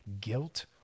Guilt